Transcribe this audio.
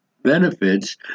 benefits